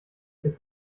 ist